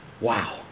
Wow